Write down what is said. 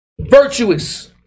virtuous